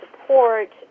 Support